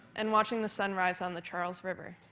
and watching the sunrise on the charles river,